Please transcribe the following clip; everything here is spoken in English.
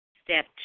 Step